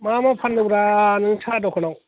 मा मा फानदोंब्रा नों साहा दखानाव